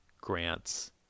grants